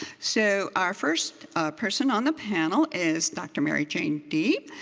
so our first person on the panel is dr. mary jane deeb.